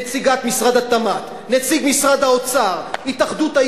נציגת משרד התמ"ת, נציג משרד האוצר, התאחדות,